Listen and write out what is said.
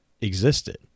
existed